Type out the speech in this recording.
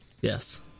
yes